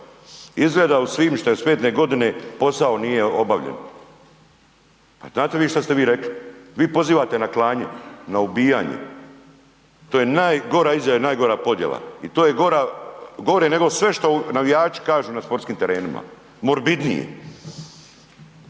izgleda u svibnju '45. godine posao nije obavljen. Pa znate vi šta ste vi rekli, vi pozivate na klanje, na ubijanje. To je najgora izjava i najgora podjela i to je gore sve što navijači kažu na sportskim terenima, morbidnije.